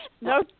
No